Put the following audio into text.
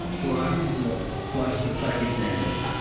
plus plus the psychic damage.